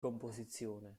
composizione